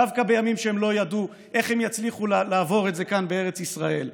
דווקא בימים שהם לא ידעו איך הם יצליחו לעבור את זה כאן בארץ ישראל.